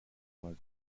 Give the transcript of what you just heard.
was